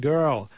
Girl